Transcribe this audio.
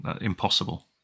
Impossible